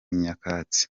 nyakatsi